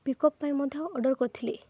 pickup ପାଇଁ ମଧ୍ୟ order କରିଥିଲି